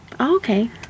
Okay